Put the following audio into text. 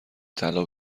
طلا